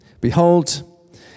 behold